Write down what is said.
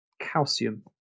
calcium